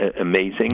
amazing